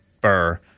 Burr